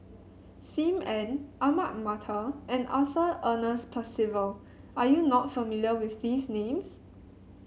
Sim Ann Ahmad Mattar and Arthur Ernest Percival are you not familiar with these names